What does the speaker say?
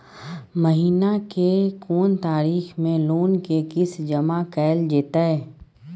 महीना के कोन तारीख मे लोन के किस्त जमा कैल जेतै?